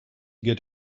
get